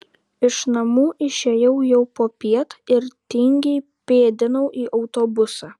iš namų išėjau jau popiet ir tingiai pėdinau į autobusą